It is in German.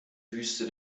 wüste